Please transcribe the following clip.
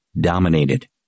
dominated